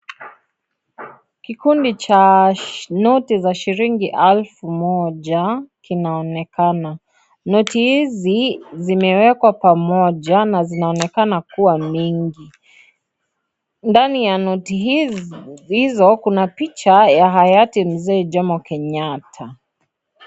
Kikundi chaa shi, noti za shilingi alfu moja, kinaonekana. Noti hizi zimewekwa pamoja na zinaonekana kuwa mingi. Ndani ya noti hizi, hizo ,kuna picha ya hayati Mzee Jomo Kenyatta.